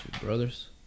brothers